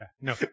No